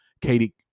katie